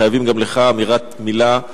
חייבים גם לך אמירת מלה,